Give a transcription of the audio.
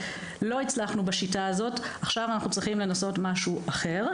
לא הצלחנו בשיטה הזאת עכשיו אנחנו צריכים לנסות משהו אחר".